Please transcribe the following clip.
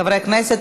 חבר הכנסת